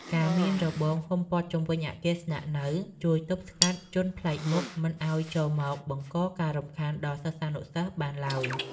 ការមានរបងហ៊ុមព័ទ្ធជុំវិញអគារស្នាក់នៅជួយទប់ស្កាត់ជនប្លែកមុខមិនឱ្យចូលមកបង្កការរំខានដល់សិស្សានុសិស្សបានឡើយ។